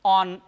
on